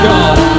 God